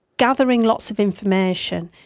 gathering lots of information,